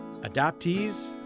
Adoptees